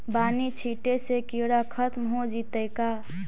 बानि छिटे से किड़ा खत्म हो जितै का?